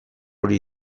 hori